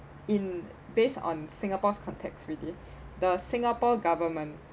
in based on singapore's context within the singapore government